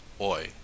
oi